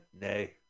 Nay